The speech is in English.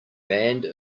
band